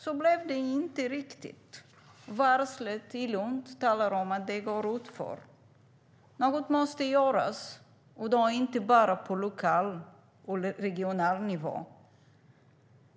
Så blev det inte riktigt; varslet i Lund talar för att det går utför. Något måste göras, inte bara på lokal och regional nivå.